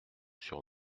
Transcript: sur